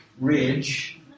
Ridge